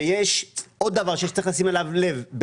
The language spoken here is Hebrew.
יש עוד דבר שצריך לשים אליו לב והוא